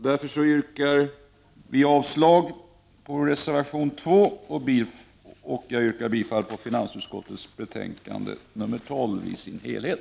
Därför yrkar jag avslag på reservation 2 och bifall till hemställan i finansutskottets betänkande 12 i dess helhet.